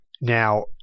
Now